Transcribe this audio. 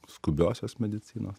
skubiosios medicinos